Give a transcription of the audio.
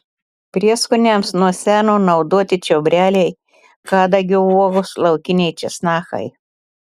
prieskoniams nuo seno naudoti čiobreliai kadagio uogos laukiniai česnakai